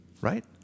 Right